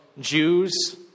Jews